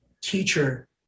teacher